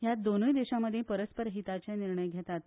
ह्या दोनूय देशां मदीं परस्पर हिताचे निर्णय घेतात